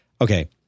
Okay